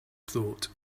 thought